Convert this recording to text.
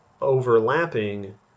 overlapping